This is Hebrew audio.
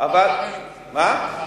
בחריין, מ-1978.